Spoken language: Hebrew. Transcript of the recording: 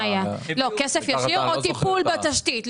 כסף ישיר או טיפול בתשתית?